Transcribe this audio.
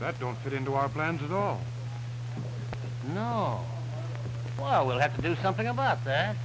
that don't fit into our plans at all not all well we'll have to do something about that